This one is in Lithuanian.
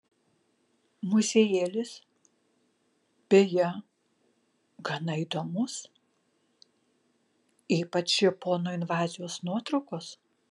muziejėlis beje gana įdomus ypač japonų invazijos nuotraukos